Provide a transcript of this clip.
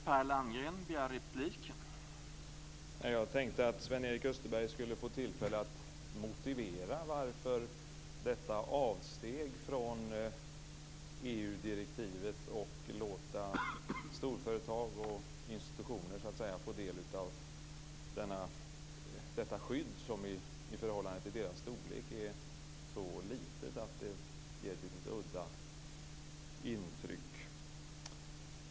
Herr talman! Jag tänkte att Sven-Erik Österberg skulle få tillfälle att motivera detta avsteg från EU direktivet, varför låta storföretag och institutioner få del av detta skydd, som i förhållande till deras storlek är så litet att det ger ett lite udda intryck.